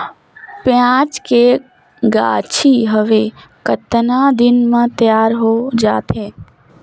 पियाज के गाछी हवे कतना दिन म तैयार हों जा थे?